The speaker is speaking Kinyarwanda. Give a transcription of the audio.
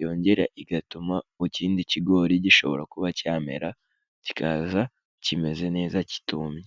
yongera igatuma mu kindi kigori gishobora kuba cyamera, kikaza kimeze neza kitumye.